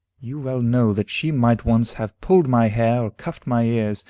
you well know that she might once have pulled my hair, or cuffed my ears,